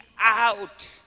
out